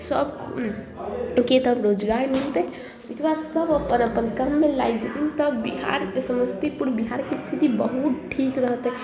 सब की तऽ रोजगार मिलतै ओकर बाद सब अपन अपन कर्ममे लागि जेथिन तब बिहारके समस्तीपुर बिहारके स्थिति बहुत ठीक रहतै